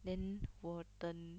then 我等